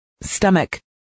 Stomach